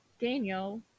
Daniel